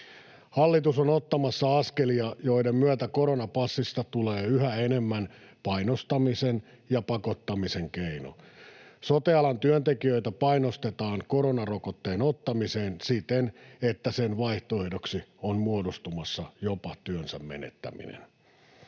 Hallitus on ottamassa askelia, joiden myötä koronapassista tulee yhä enemmän painostamisen ja pakottamisen keino. Sote-alan työntekijöitä painostetaan koronarokotteen ottamiseen siten, että sen vaihtoehdoksi on muodostumassa jopa työnsä menettäminen